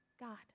God